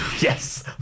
Yes